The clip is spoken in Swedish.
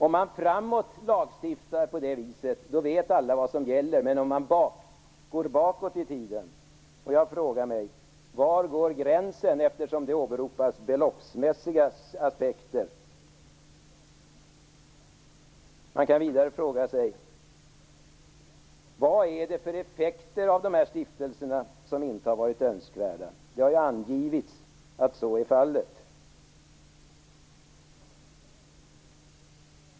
Om man lagstiftar framåt på det viset vet alla vad som gäller, men inte om man går bakåt i tiden. Jag frågar mig: Var går gränsen, eftersom det åberopas beloppsmässiga aspekter? Man kan vidare fråga sig vilka av stiftelsernas effekter som inte har varit önskvärda. Det har angivits att så är fallet.